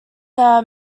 are